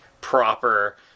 proper